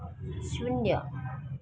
शून्य